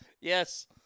Yes